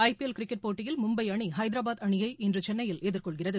ஐ P L cricket போட்டியில் மும்பை அணி ஹைதராபாத் அணியை இன்று சென்னையில் எதிர்கொள்கிறது